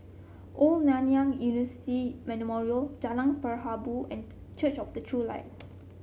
Old Nanyang Memorial Jalan Perahu and Church of the True Light